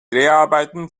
dreharbeiten